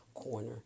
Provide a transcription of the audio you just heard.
corner